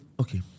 okay